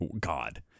god